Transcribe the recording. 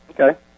Okay